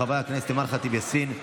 של חברי הכנסת אימאן ח'טיב יאסין,